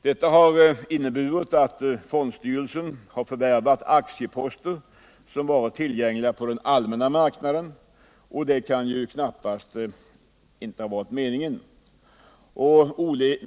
Detta har inneburit att fondstyrelsen har förvärvat aktieposter som varit tillgängliga på den allmänna marknaden, men detta kan ju knappast ha varit meningen.